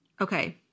Okay